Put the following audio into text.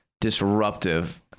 Disruptive